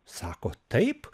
sako taip